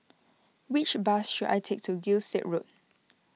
Which bus should I take to Gilstead Road